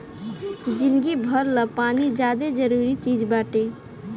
जिंदगी भर ला पानी ज्यादे जरूरी चीज़ बाटे